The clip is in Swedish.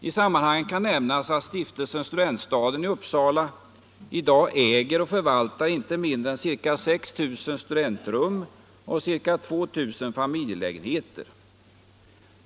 I sammanhanget kan nämnas att Stiftelsen Studentstaden i Uppsala i dag äger och förvaltar inte mindre än ca 6 000 studentrum och ca 2 000 familjelägenheter.